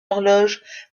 horloge